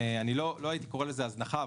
לא הייתי קורא לזה הזנחה,